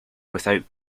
without